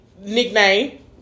nickname